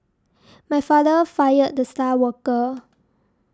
my father fired the star worker